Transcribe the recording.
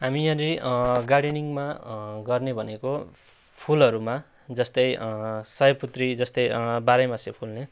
हामी यहाँनिर गार्डेनिङमा गर्ने भनेको फुलहरूमा जस्तै सयपत्री जस्तै बाह्रैमासे फुल्ने